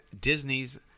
Disney's